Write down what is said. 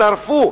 שרפו,